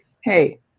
hey